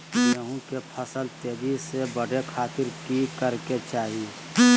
गेहूं के फसल तेजी से बढ़े खातिर की करके चाहि?